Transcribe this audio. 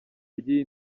ry’iyi